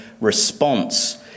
response